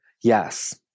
yes